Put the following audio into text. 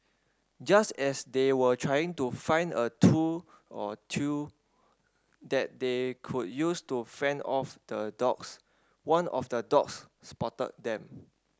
just as they were trying to find a tool or two that they could use to fend off the dogs one of the dogs spotted them